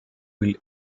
will